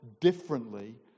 differently